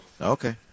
Okay